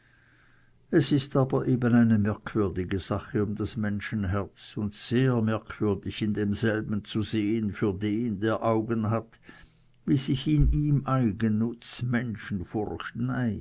es ist aber eben eine merkwürdige sache um das menschenherz und sehr merkwürdig in demselben zu sehen für den der augen dazu hat wie sich in ihm eigennutz